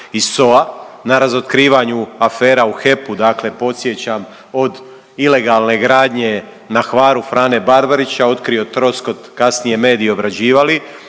I SOA na razotkrivanju afera u HEP-u. Dakle, podsjećam od ilegalne gradnje na Hvaru Frane Barbarića, otkrio Troskot, kasnije mediji obrađivali.